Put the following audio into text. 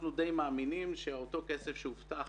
אנחנו די מאמינים שאותו כסף שהובטח